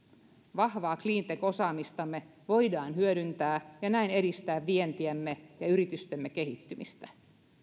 vahvaa cleantech osaamistamme voidaan hyödyntää ja näin edistää vientiämme ja yritystemme kehittymistä